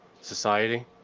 society